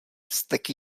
vztek